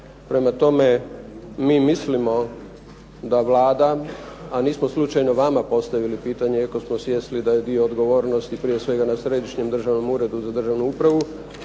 Prema tome, mi mislimo da Vlada, a nismo slučajno vama postavili pitanje, iako smo svjesni da je dio odgovornosti prije svega na Središnjem državnom uredu za državnu upravu